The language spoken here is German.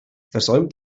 versäumt